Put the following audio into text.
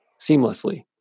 seamlessly